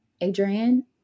Adrian